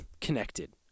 connected